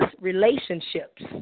relationships